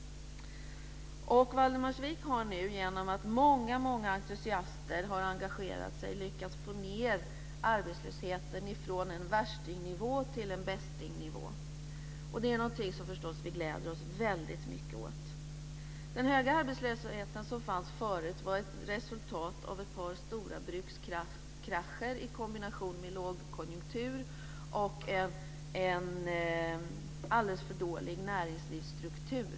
Valdemarsvik har genom att många entusiaster har engagerat sig lyckats få ned arbetslösheten från en "värstingnivå" till en "bästingnivå". Det är något som vi förstås gläder oss mycket åt. Den tidigare höga arbetslösheten var ett resultat av ett par stora brukskrascher i kombination med lågkonjunktur och en alldeles för dålig näringslivsstruktur.